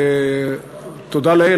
תודה לאל,